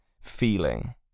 feeling